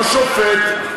לא שופט,